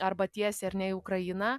arba tiesiai ar ne į ukrainą